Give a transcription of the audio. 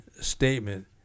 statement